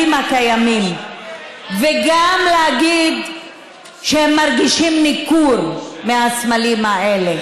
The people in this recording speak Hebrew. הקיימים וגם להגיד שהם מרגישים ניכור כלפי הסמלים האלה.